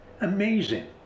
amazing